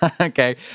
Okay